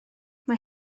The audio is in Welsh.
mae